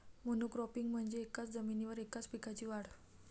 monocropping म्हणजे एकाच जमिनीवर एकाच पिकाची वाढ